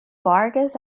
vargas